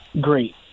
great